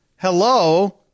hello